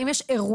אם יש אירועים,